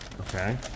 Okay